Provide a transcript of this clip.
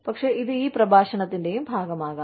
പക്ഷേ ഇത് ഈ പ്രഭാഷണത്തിന്റെയും ഭാഗമാകാം